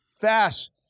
fast